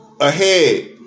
Ahead